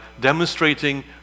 demonstrating